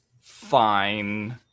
fine